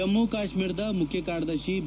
ಜಮ್ಮ್ ಕಾಶ್ಚೀರದ ಮುಖ್ಯ ಕಾರ್ಯದರ್ಶಿ ಬಿ